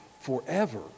forever